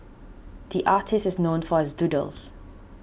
the artist is known for his doodles